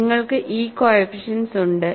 നിങ്ങൾക്ക് ഈ കോഎഫിഷ്യനട്സ് ഉണ്ട്